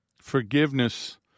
Forgiveness